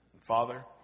Father